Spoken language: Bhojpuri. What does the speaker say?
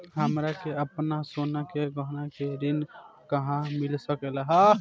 हमरा के आपन सोना के गहना पर ऋण कहवा मिल सकेला?